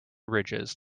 ridges